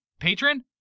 Patron